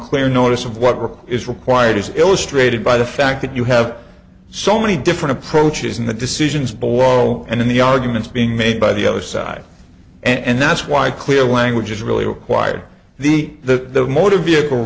clear notice of what rip is required is illustrated by the fact that you have so many different approaches in the decisions borro and in the arguments being made by the other side and that's why clear language is really required the the motor vehicle